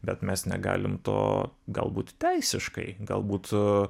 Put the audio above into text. bet mes negalim to galbūt teisiškai galbūt